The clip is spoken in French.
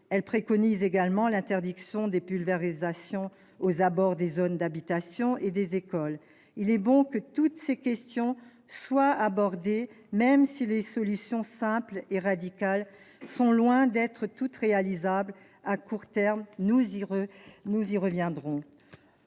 Ils préconisent également l'interdiction des pulvérisations aux abords des zones d'habitation et des écoles. Il est bon que toutes ces questions soient abordées, même si les solutions simples et radicales sont loin d'être toutes réalisables à court terme- nous y reviendrons.